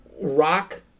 Rock